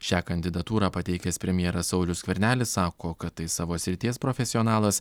šią kandidatūrą pateikęs premjeras saulius skvernelis sako kad tai savo srities profesionalas